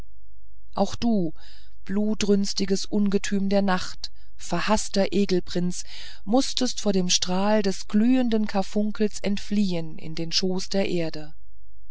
auch du blutdürstiges ungetüm der nacht verhaßter egelprinz mußtest vor dem strahl des glühenden karfunkels entfliehen in den schoß der erde